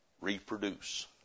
reproduce